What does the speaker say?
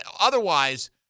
Otherwise